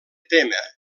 tema